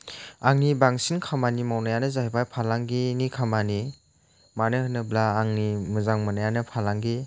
आंनि बांसिन खामानि मावनायानो जाहैबाय फालांगिनि खामानि मानो होनोब्ला आंनि मोजां मोननायानो फालांगि